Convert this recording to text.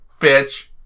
bitch